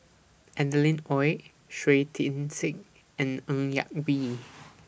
Adeline Ooi Shui Tit Sing and Ng Yak Whee